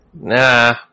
nah